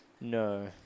No